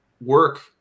work